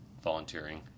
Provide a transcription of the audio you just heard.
volunteering